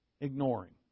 ignoring